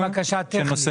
אמרת זו בקשה טכנית.